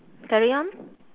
carry on